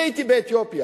אני הייתי באתיופיה.